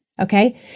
Okay